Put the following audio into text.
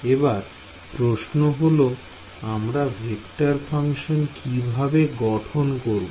এবার প্রশ্ন হল আমরা ভেক্টর ফাংশন কিভাবে গঠন করব